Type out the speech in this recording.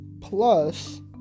plus